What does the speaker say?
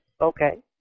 Okay